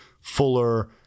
fuller